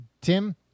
Tim